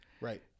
Right